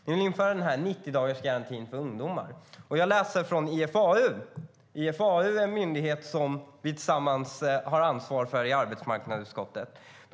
Ni vill införa 90-dagarsgarantin för ungdomar. IFAU är en myndighet som vi i arbetsmarknadsutskottet har ansvar för tillsammans.